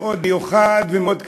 מאוד מיוחד ומאוד קשה.